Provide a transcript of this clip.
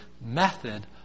method